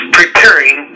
preparing